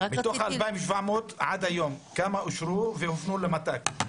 מתוך 2,700 ועד היום, כמה אושרו והופנו למת"ק?